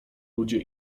ludzie